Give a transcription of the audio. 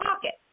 pocket